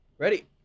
Ready